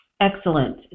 Excellent